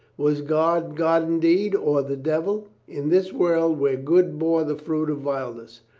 was god god indeed, or the devil, in this world where good bore the fruit of vileness?